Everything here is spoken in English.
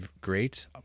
great